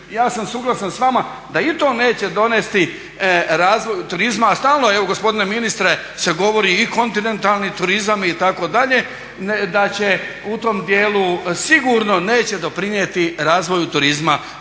ja sam suglasan s vama da i to neće donesti razvoju turizma, a stalno evo gospodine ministre se govorio i kontinentalni turizam itd. da će u tom djelu sigurno neće doprinijeti razvoju turizma